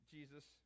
Jesus